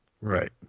right